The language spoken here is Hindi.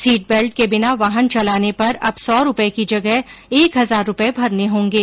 सीट बेल्ट के बिना वाहन चलाने पर अब सौ रुपये की जगह एक हजार रुपये भरने होंगे